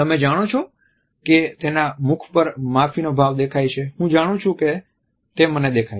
તમે જાણો છો કે તેના મુખ પર માફી નો ભાવ દેખાય છે હું જાણું છું કે તે મને દેખાય છે